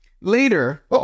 later